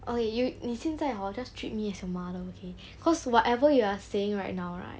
okay you 你现在 hor just treat me as your mother okay cause whatever you are saying right now right